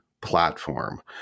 platform